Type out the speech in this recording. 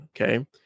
okay